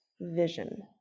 vision